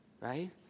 Right